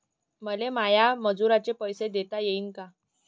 मले माया मजुराचे पैसे देता येईन का?